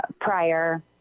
prior